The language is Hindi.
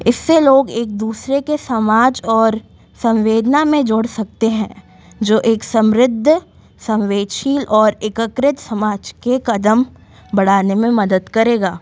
इससे लोग एक दूसरे के समाज और सम्वेदना में जुड़ सकते हैं जो एक समृद्ध सम्वेक्षशील और एकीकृत समाज के क़दम बढ़ाने में मदद करेगा